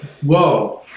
whoa